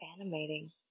animating